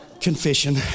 confession